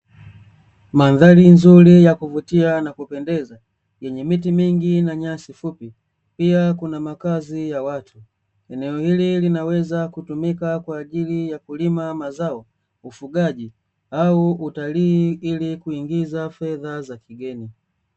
Mandhari nzuri yakuvutia na kupendeza yenye miti mingi na nyasi fupi, pia kuna makazi ya watu. Eneo hili linaweza kutumika kwa ajili ya kulima mazao, ufugaji au utalii ili kuingiza fedha za kigeni.